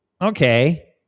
Okay